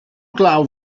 glaw